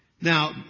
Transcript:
Now